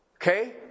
Okay